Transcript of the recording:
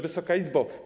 Wysoka Izbo!